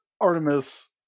Artemis